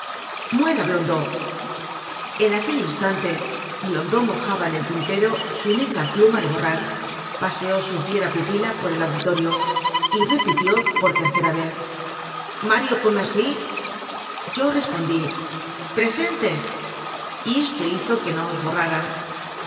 muera blondeau en aquel instante blondeau mojaba en el tintero su negra pluma de borrar paseó su fiera pupila por el auditorio y repitió por tercera vez mario pontmercy yo respondí presente y esto hizo que no os borraran